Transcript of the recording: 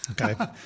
Okay